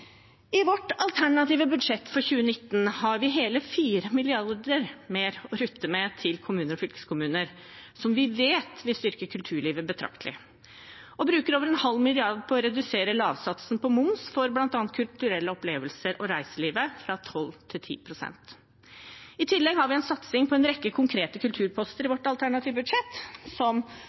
I vårt alternative budsjett for 2019 har vi hele 4 mrd. kr mer å rutte med til kommuner og fylkeskommuner, som vi vet vil styrke kulturlivet betraktelig, og vi bruker over 0,5 mrd. kr på å redusere lavsatsen på moms for bl.a. kulturelle opplevelser og reiselivet, fra 12 pst. til 10 pst. I tillegg har vi en satsing på en rekke konkrete kulturposter i vårt alternative budsjett, som